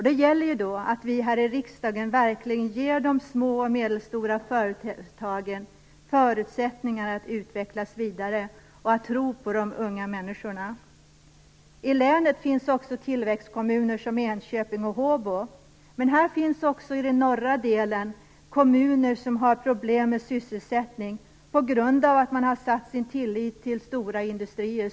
Det gäller att riksdagen verkligen ger de små och medelstora företagen förutsättningar att utvecklas vidare och att tro på de unga människorna. I länet finns tillväxtkommuner som Enköping och Håbo, men här finns också i den norra delen kommuner som har problem med sysselsättning på grund av att man har satt sin tillit till stora sårbara industrier.